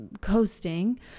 coasting